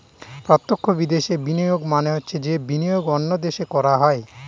প্রত্যক্ষ বিদেশে বিনিয়োগ মানে হচ্ছে যে বিনিয়োগ অন্য দেশে করা হয়